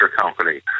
company